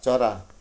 चरा